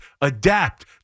adapt